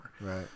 Right